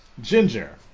Ginger